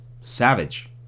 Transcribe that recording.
savage